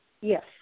Yes